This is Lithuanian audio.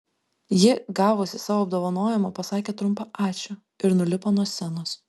ji gavusi savo apdovanojimą pasakė trumpą ačiū ir nulipo nuo scenos